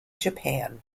japan